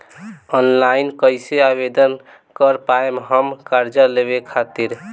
Online कइसे आवेदन कर पाएम हम कर्जा लेवे खातिर?